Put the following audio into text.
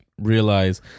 realize